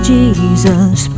Jesus